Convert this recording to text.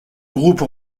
groupe